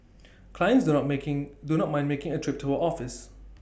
clients do not making do not mind making A trip to her office